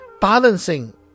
Balancing